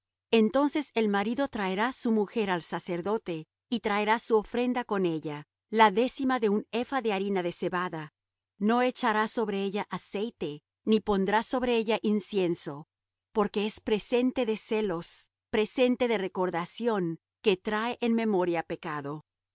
entonces el marido traerá su mujer al sacerdote y traerá su ofrenda con ella la décima de un epha de harina de cebada no echará sobre ella aceite ni pondrá sobre ella incienso porque es presente de celos presente de recordación que trae en memoria pecado